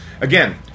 Again